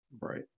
Right